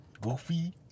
Goofy